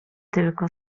tylko